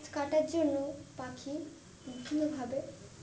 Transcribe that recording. গছ কাটার জন্য পাখি বিভিন্নভাবে